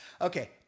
Okay